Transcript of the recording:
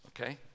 okay